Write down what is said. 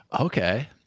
okay